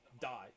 die